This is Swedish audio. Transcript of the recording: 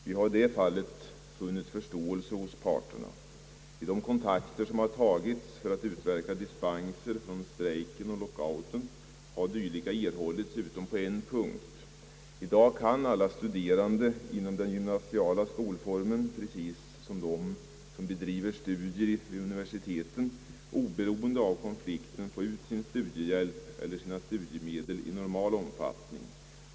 Vi har i det fallet funnit förståelse hos parterna, Vid de kontakter som tagits för att utverka dispens från strejken och lockouten har dylik erhållits utom på en punkt, I dag kan alla studerande inom den gymnasiala skolformen liksom de som bedriver studier vid universitet oberoende av konflikten få ut studiehjälp eller studiemedel i normal omfattning.